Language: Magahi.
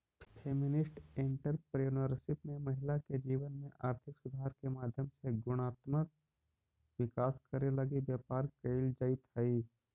फेमिनिस्ट एंटरप्रेन्योरशिप में महिला के जीवन में आर्थिक सुधार के माध्यम से गुणात्मक विकास करे लगी व्यापार कईल जईत हई